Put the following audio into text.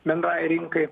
bendrajai rinkai